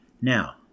Now